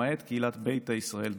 למעט קהילת ביתא ישראל באתיופיה.